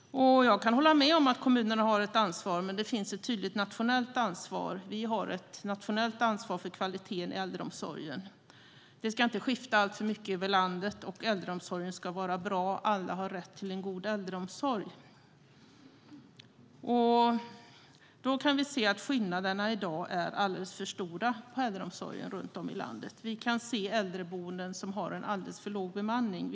Jag kan hålla med om att kommunerna har ett ansvar, men det finns ett tydligt nationellt ansvar. Vi har ett nationellt ansvar för kvaliteten i äldreomsorgen. Det ska inte skifta alltför mycket över landet, och äldreomsorgen ska vara bra. Alla har rätt till en god äldreomsorg. Vi kan se att skillnaderna i dag inom äldreomsorgen runt om i landet är alldeles för stora. Vi kan se äldreboenden som har alldeles för låg bemanning.